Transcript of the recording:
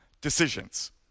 decisions